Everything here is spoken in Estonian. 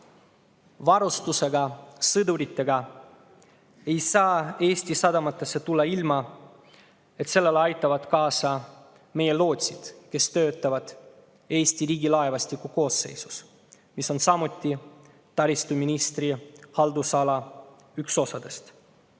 laev varustuse ja sõduritega ei saa Eesti sadamatesse tulla ilma, et sellele aitavad kaasa meie lootsid, kes töötavad Eesti riigilaevastiku koosseisus, mis on samuti taristuministri haldusala üks osa.